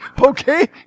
Okay